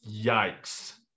Yikes